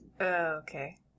Okay